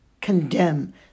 Condemn